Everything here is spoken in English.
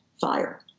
fire